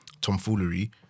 tomfoolery